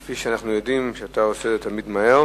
וכפי שאנחנו יודעים, אתה עושה את זה תמיד מהר.